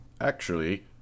Actually